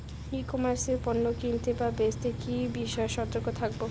ই commerce এ পণ্য কিনতে বা বেচতে কি বিষয়ে সতর্ক থাকব?